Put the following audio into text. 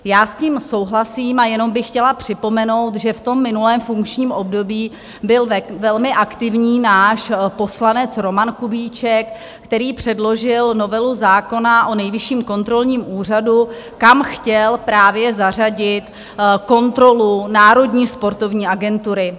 Já s tím souhlasím, a jenom bych chtěla připomenout, že v minulém funkčním období byl velmi aktivní náš poslanec Roman Kubíček, který předložil novelu zákona o Nejvyšším kontrolním úřadu, kam chtěl právě zařadit kontrolu Národní sportovní agentury.